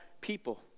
people